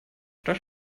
das